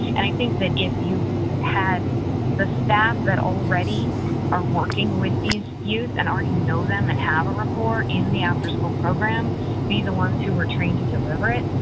and i think that if you had the staff that already are working with these youth and already know them and have a rapport in the after-school program be the ones who were trained to deliver it,